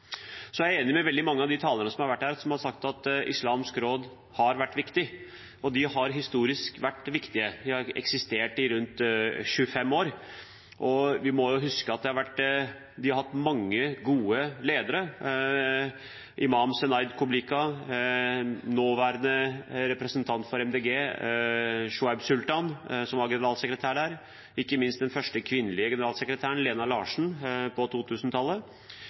er enig med veldig mange av de talerne som har vært her og sagt at Islamsk Råd Norge har vært viktig. Og de har historisk vært viktige. De har eksistert i rundt 25 år, og vi må huske at de har hatt mange gode ledere: Imam Senaid Kobilica, nåværende representant for Miljøpartiet De Grønne, Shoaib Sultan, som var generalsekretær der, og ikke minst den første kvinnelige generalsekretæren, Lena Larsen, på